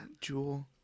Jewel